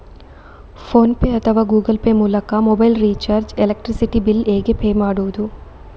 Phone pay ಅಥವಾ Google Pay ಮೂಲಕ mobile recharge, electricity bill ಹೇಗೆ ಪೇ ಮಾಡುವುದು?